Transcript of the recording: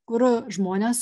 kur žmonės